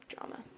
drama